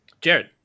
Jared